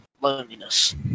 loneliness